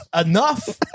Enough